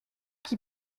qui